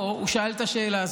הוא שאל את השאלה הזאת,